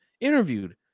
interviewed